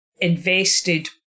invested